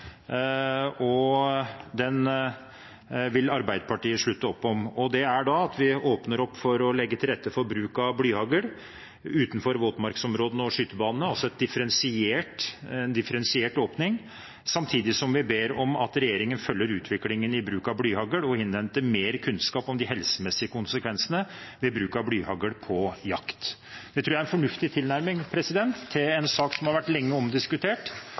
og den vil Arbeiderpartiet slutte opp om, og det er at vi åpner opp for å legge til rette for bruk av blyhagl utenfor våtmarksområder og skytebaner, altså en differensiert åpning, samtidig som vi ber om at regjeringen følger utviklingen i bruk av blyhagl og innhenter mer kunnskap om de helsemessige konsekvensene ved bruk av blyhagl på jakt. Det tror jeg er en fornuftig tilnærming til en sak som har vært omdiskutert lenge,